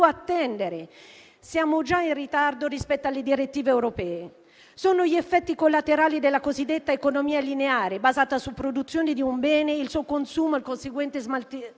attendere, perché siamo già in ritardo rispetto alle direttive europee. Sono gli effetti collaterali della cosiddetta economia lineare, basata sulla produzione di un bene, il suo consumo e il conseguente smaltimento.